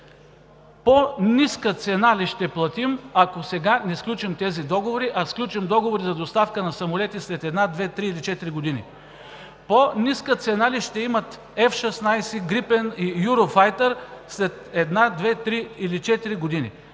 по-ниска цена ли ще платим, ако сега не сключим тези договори, а сключим договори за доставка на самолети след една, две, три или четири години? По-ниска цена ли ще имат F-16, „Грипен“ и „Юрофайтър“ след една, две, три или четири години?